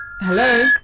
Hello